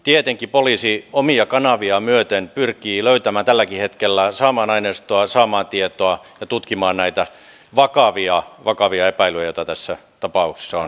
tietenkin poliisi omia kanaviaan myöten pyrkii tälläkin hetkellä saamaan aineistoa saamaan tietoa ja tutkimaan näitä vakavia vakavia epäilyjä joita tässä tapauksessa on